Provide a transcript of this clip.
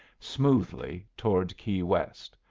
smoothly toward key west.